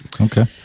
Okay